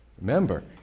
Remember